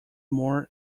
more